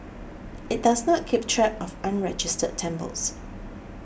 it does not keep track of unregistered temples